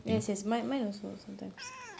yes yes mi~ mine also sometimes